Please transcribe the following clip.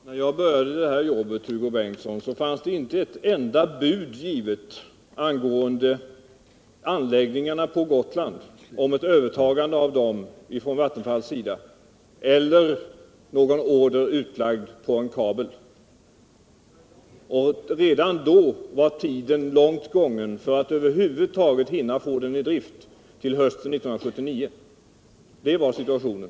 Herr talman! När jag började det här jobbet, Hugo Bengtsson, fanns det inte ett enda bud från Vattenfall om övertagande av anläggningarna på Gotland eller någon order utlagd på en kabel. Redan då var tiden långt gången för att över huvud taget få kabeln i drift till hösten 1979. Sådan var situationen.